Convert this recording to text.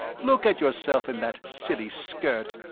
look at yourself in that silly skirt.